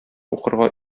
укырга